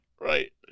Right